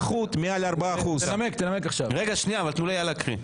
תנו לאייל להקריא.